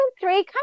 three